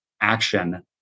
action